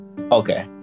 Okay